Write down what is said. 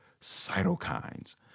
cytokines